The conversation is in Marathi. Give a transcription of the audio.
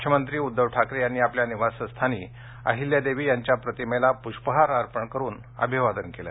मुख्यमंत्री उद्दव ठाकरे यांनी आपल्या निवासस्थानी अहिल्यादेवी यांच्या प्रतिमेस प्रष्पहार अर्पण करून अभिवादन केले